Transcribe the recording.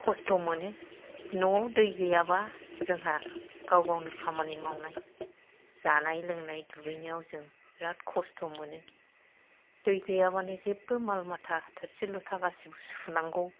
खस्थ' मोनो न' दै गैयाबा जोंहा गाव गावनो खामानि मावनाय जानाय लोंनाय दुगैनायाव जों बिराथ खस्थ' मोनो दै गैयाबानो जेबबो माल माथा थोरसि लथा गासिबो सुनांगौ